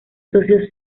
socios